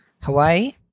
Hawaii